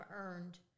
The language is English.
earned